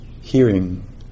hearing